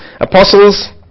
apostles